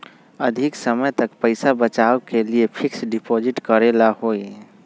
अधिक समय तक पईसा बचाव के लिए फिक्स डिपॉजिट करेला होयई?